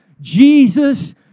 Jesus